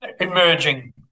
emerging